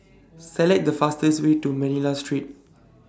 Select The fastest Way to Manila Street